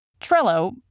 Trello